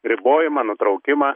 ribojimą nutraukimą